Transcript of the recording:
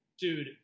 dude